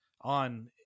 on